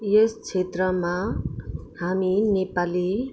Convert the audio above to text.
यस क्षेत्रमा हामी नेपाली